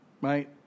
right